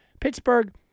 Pittsburgh